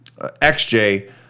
xj